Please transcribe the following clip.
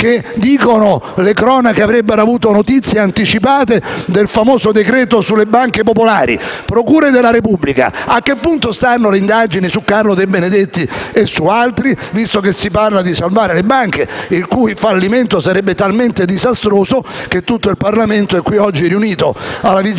che - dicono le cronache - avrebbero avuto notizie anticipate sul famoso decreto-legge sulle banche popolari: procure della Repubblica, a che punto stanno le indagini su Carlo De Benedetti e su altri, visto che si parla di salvare le banche il cui fallimento sarebbe talmente disastroso che tutto il Parlamento è qui oggi riunito, in prossimità del